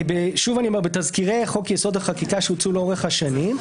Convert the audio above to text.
שוב אני אומר שבתזכירי חוק יסוד: החקיקה שהוצאו לאורך השנים,